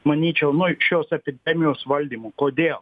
manyčiau nu šios epidemijos valdymo kodėl